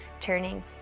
turning